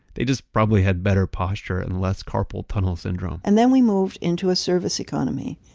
they just probably had better posture and less carpal tunnel syndrome and then we moved into a service economy,